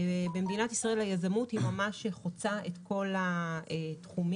במדינת ישראל היזמות ממש חוצה את כל התחומים.